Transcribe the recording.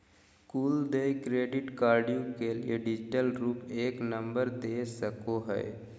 कुल देय क्रेडिट कार्डव्यू के लिए डिजिटल रूप के ऐप पर नंबर दे सको हइ